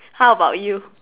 how about you